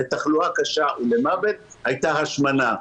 לתחלואה קשה ולמוות הייתה השמנה.